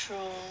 true